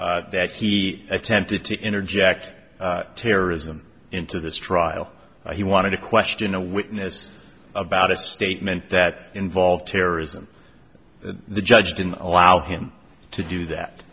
that he attempted to interject terrorism into this trial he wanted to question a witness about a statement that involved terrorism the judge didn't allow him to do that